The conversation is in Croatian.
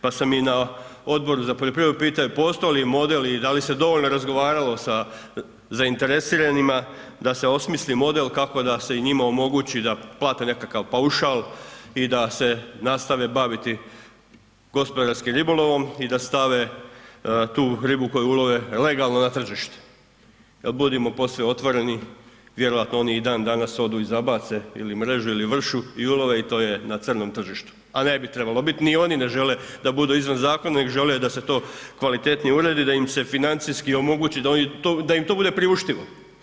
Pa sam i na Odboru za poljoprivredu pitao, postoji li model i da li se dovoljno razgovaralo sa zainteresiranima da se osmisli model kako da se i njima omogući da plate nekakav paušal i da se nastave baviti gospodarskim ribolovom i da stave tu ribu koju ulove legalno na tržište jer budimo posve otvoreni, vjerojatno oni i dan danas odu i zabace ili mrežu ili vršu i ulove i to je na crnom tržištu, a ne bi trebalo biti, ni oni ne žele da budu izvan zakona nego žele da se to kvalitetnije uredi, da im se financijski omogući da oni to, da im to bude priuštivo.